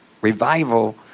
revival